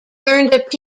earned